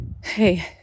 hey